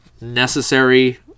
necessary